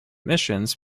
missions